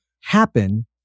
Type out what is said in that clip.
happen